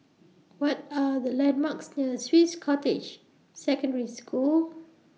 What Are The landmarks near Swiss Cottage Secondary School